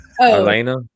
elena